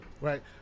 Right